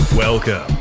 Welcome